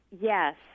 Yes